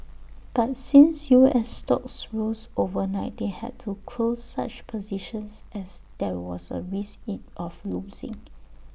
but since U S stocks rose overnight they had to close such positions as there was A risk in of losing